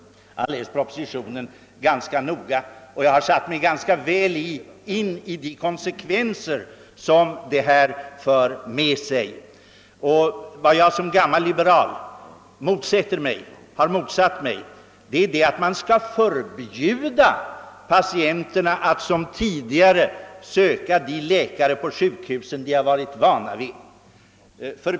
Jag har läst propositionen ganska noga och har satt mig rätt väl in i de konsekvenser som reformen får. Som gammal liberal har jag motsatt mig att man skall förbjuda patienterna att besöka de läkare på sjukhusen som de är vana vid.